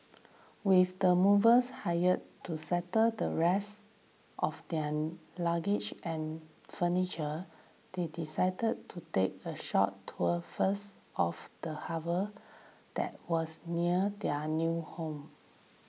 with the movers hired to settle the rest of their luggage and furniture they decided to take a short tour first of the harbour that was near their new home